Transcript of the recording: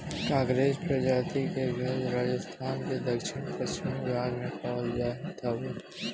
कांकरेज प्रजाति के गाई राजस्थान के दक्षिण पश्चिम भाग में पावल जात हवे